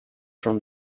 from